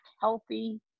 healthy